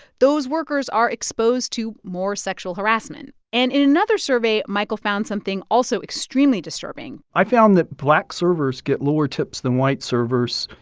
those workers are exposed to more sexual harassment. and in another survey, michael found something also extremely disturbing i found that black servers get lower tips than white servers,